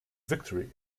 victory